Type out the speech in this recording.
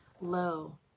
low